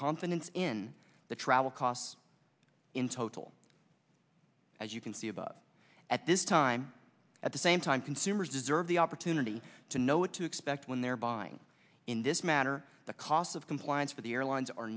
confidence in the travel costs in total as you can see about at this time at the same time consumers deserve the opportunity to know what to expect when they're buying in this matter the cost of compliance for the airlines are